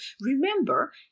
remember